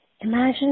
Imagine